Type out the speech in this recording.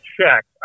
check